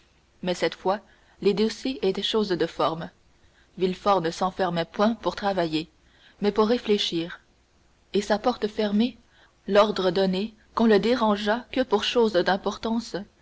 mais cette fois les dossiers étaient chose de forme villefort ne s'enfermait point pour travailler mais pour réfléchir et sa porte fermée l'ordre donné qu'on ne le dérangeât que pour chose d'importance